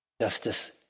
justice